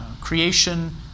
Creation